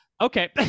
okay